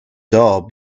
doll